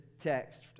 text